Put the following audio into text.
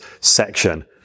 section